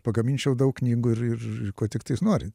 pagaminčiau daug knygų ir ir ko tiktai jūs norit